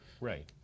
right